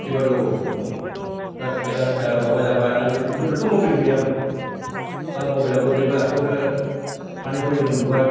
बेबायदि अबस्थायाव दङ दा थेहा थेहा माबा जाबाय आजिखालि गोदोथ' मबाइल गैयामोन दा मबाइलाबो बयनिबो आखाइआवनो थानायखौ जों नुबाय